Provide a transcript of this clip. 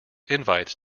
invites